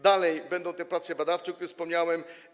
Dalej będą prace badawcze, o których wspomniałem.